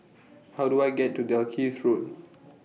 How Do I get to Dalkeith Road